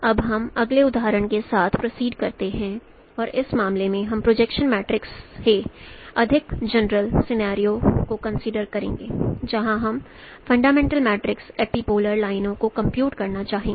अब हम अगले उदाहरण के साथ प्रोसीड करते हैं और इस मामले में हम प्रोजेक्शन मैट्रिक्स के अधिक जनरल सिनेरियो कंसीडर करेंगे जहां हम फंडामेंटल मैट्रिक्स एपीपोलर लाइनों को कंप्यूट करना चाहेंगे